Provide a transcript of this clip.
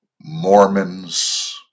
Mormons